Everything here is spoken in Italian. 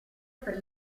per